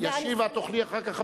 את תוכלי אחר כך,